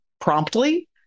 promptly